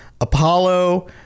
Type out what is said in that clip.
Apollo